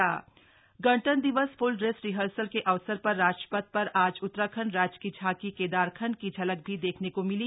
slug गणतंत्र दिवस rehearsal गणतंत्र दिवस फुल ड्रेस रिहर्सल के अवसर र राज थ र आज उत्तराखण्ड राज्य की झांकी केदारखंड की झलक भी देखने को मिली